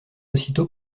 aussitôt